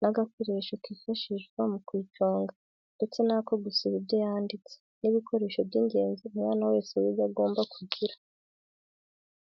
n'agakoresho kifashishwa mu kuyiconga ndetse n'ako gusiba ibyo yanditse, ni ibikoresho by'ingenzi umwana wese wiga aba agomba kugira.